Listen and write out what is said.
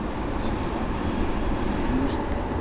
you know it's not music.